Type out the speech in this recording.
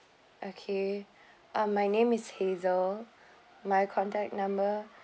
okay um my name is hazel my contact number